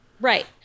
Right